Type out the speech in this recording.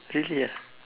really ah